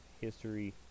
history